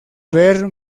ver